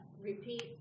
Repeat